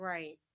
Right